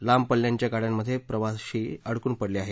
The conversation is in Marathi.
लांब पल्ल्याच्या गाड्यांमधे प्रवाशी अडकून पडले आहेत